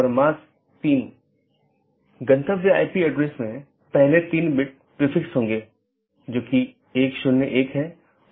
यहाँ दो प्रकार के पड़ोसी हो सकते हैं एक ऑटॉनमस सिस्टमों के भीतर के पड़ोसी और दूसरा ऑटॉनमस सिस्टमों के पड़ोसी